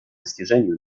достижению